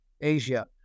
Asia